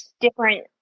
different